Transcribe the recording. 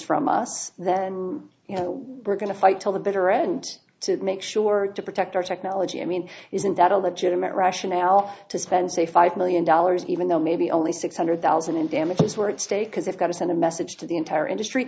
from us then you know we're going to fight till the bitter end to make sure to protect our technology i mean isn't that a legitimate rationale to spend say five million dollars even though maybe only six hundred thousand in damages were at stake because it's got to send a message to the entire industry